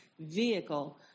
vehicle